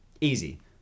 Easy